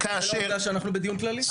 חשבתי שאנחנו בדיון כללי.